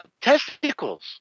testicles